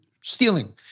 stealing